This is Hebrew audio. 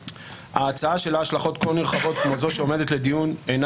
הצעה שלה השלכות כה נרחבות כמו זו שעומדת לדיון אינה